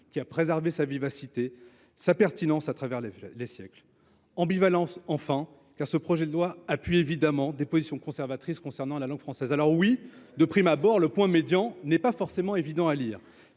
a préservé sa vivacité et sa pertinence au travers des siècles. Ambivalence, enfin, car cette proposition de loi soutient bien évidemment des positions conservatrices concernant la langue française. Oui, de prime abord, le point médian n’est pas forcément évident à lire.